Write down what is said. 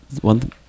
one